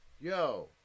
Yo